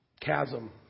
chasm